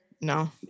no